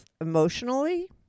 emotionally